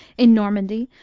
in normandy,